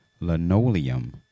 linoleum